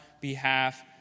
behalf